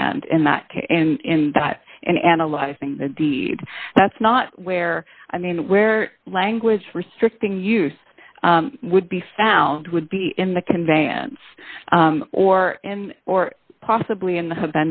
land in that case and in that and analyzing the deed that's not where i mean where language restricting use would be found would be in the conveyance or in or possibly in